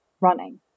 running